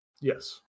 Yes